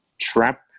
trap